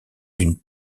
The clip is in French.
d’une